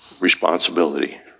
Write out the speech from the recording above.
Responsibility